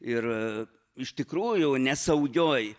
ir iš tikrųjų nesaugioj